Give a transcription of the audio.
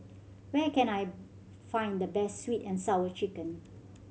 where can I find the best Sweet And Sour Chicken